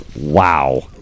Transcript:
Wow